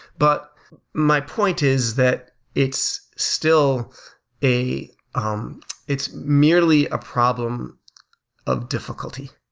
but my point is that it's still a um it's merely a problem of difficulty.